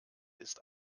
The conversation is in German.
ist